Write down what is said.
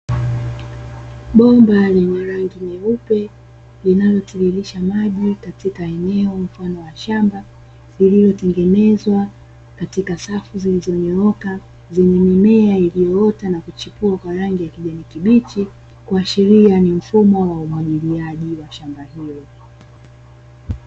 Bomba lenye rangi nyeupe linalotiririsha maji katika eneo mfano wa shamba, lililotengenezwa katika safu zilizonyooka zenye mimea iliyoota na kuchipua kwa rangi ya kijani kibichi, kuashiria ni mfumo wa umwagiliaji wa shamba hilo.